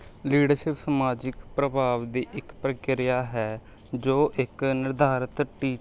leadership ਸਮਾਜਿਕ ਪ੍ਰਭਾਵ ਦੀ ਇੱਕ ਪ੍ਰਕਿਰਿਆ ਹੈ ਜੋ ਇੱਕ ਨਿਰਧਾਰਿਤ